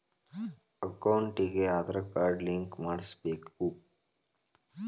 ಅಕೌಂಟಿಗೆ Aadhaar card link ಮಾಡಿಸಬೇಕು?